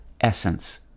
essence